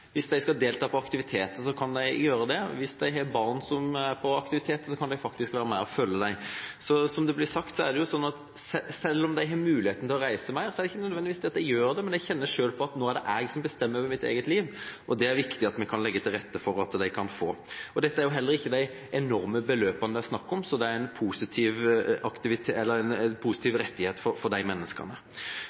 Hvis de skal delta på aktiviteter, kan de gjøre det. Hvis de har barn som er på aktiviteter, kan de følge dem. Som det har blitt sagt: Selv om de har muligheten til å reise mer, er det ikke nødvendigvis slik at de gjør det, men en kan kjenne på at det er en selv som bestemmer over sitt eget liv. Det er det viktig at vi kan legge til rette for. Det er heller ikke enorme beløp det her er snakk om, så det er en positiv rettighet for disse menneskene. Blindeforbundet er en av organisasjonene som har vært aktiv med å komme med innspill. De